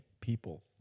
people